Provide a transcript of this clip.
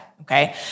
Okay